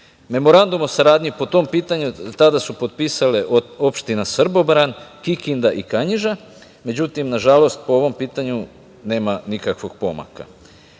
dela. Memorandum o saradnji po tom pitanju, tada su potpisale od opština Srbobran, Kikinda i Kanjiža, međutim nažalost, po ovom pitanju nema nikakvog pomaka.